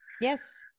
yes